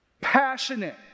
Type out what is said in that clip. passionate